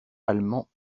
allemand